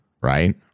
right